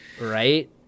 Right